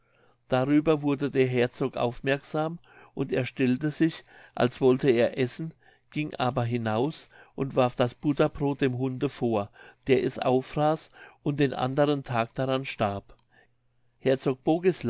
darüber wurde der herzog aufmerksam und er stellte sich als wollte er essen ging aber hinaus und warf das butterbrod dem hunde vor der es auffraß und den anderen tag daran starb herzog